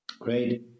Great